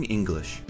English